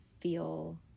feel